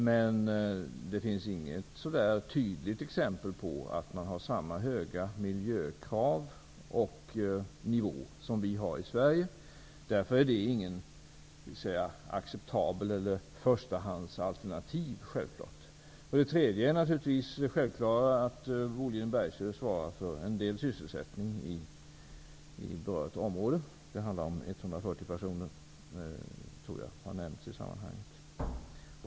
Men det finns inget tydligt exempel på att man har samma höga miljökrav och höga nivå som vi har i Sverige. Därför är det självklart inget förstahandsalternativ. Dessutom har vi Boliden Bergsöe, som svarar för en del sysselsättning i berört område. Det handlar om 140 personer, tror jag. Det har nämnts i sammanhanget.